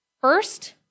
First